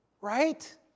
Right